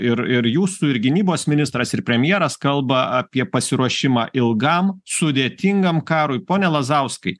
ir ir jūsų ir gynybos ministras ir premjeras kalba apie pasiruošimą ilgam sudėtingam karui pone lazauskai